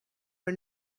are